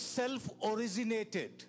self-originated